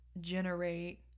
generate